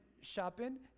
Shopping